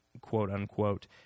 quote-unquote